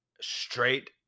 straight